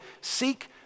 seek